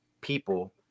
people